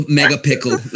megapickle